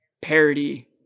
parody